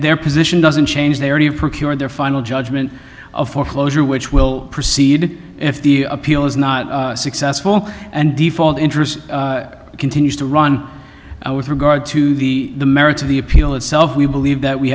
their position doesn't change their procured their final judgment of foreclosure which will proceed if the appeal is not successful and default interest continues to run out with regard to the merits of the appeal itself we believe that we